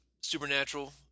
Supernatural